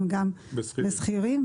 הן גם אצל שכירים,